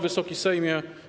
Wysoki Sejmie!